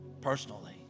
personally